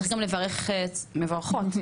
צריך לברך מברכות.